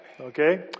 Okay